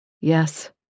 Yes